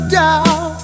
down